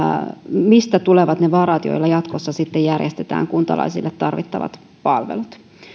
mistä tulevat ne varat joilla sitten jatkossa järjestetään kuntalaisille tarvittavat palvelut